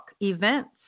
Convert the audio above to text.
Events